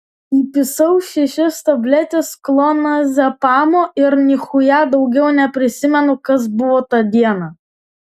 įpisau šešias tabletes klonazepamo ir nichuja daugiau neprisimenu kas buvo tą dieną